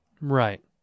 Right